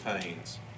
pains